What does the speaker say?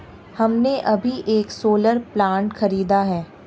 हमने अभी एक सोलर प्लांट खरीदा है